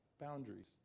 boundaries